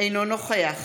אינו נוכח